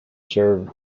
served